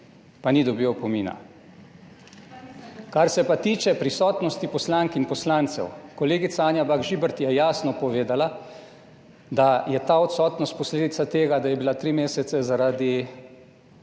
pa ni dobil opomina. Kar se pa tiče prisotnosti poslank in poslancev, kolegica Anja Bah Žibert je jasno povedala, da je ta odsotnost posledica tega, da je bila 3 mesece zaradi